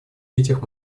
этих